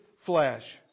flesh